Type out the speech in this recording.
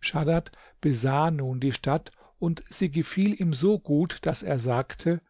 schaddad besah nun die stadt und sie gefiel ihm so gut daß er sagte